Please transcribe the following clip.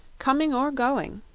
coming or going,